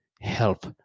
help